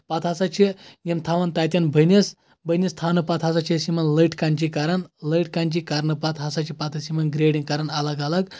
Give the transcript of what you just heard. پَتہٕ ہسا چھِ یِم تھاوان تتٮ۪ن بٔنِس بٔنِس تھاونہٕ پَتہٕ ہسا چھِ أسۍ یِمن لٔٹۍ کنجہِ کران لٔٹۍ کَنجہِ کرنہٕ پَتہٕ ہسا چھِ پَتہٕ أسۍ یِمن گریڈِنٛگ کران الگ الگ